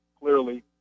clearly